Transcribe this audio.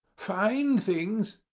fine things!